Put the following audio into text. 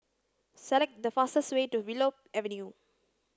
select the fastest way to Willow Avenue